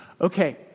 Okay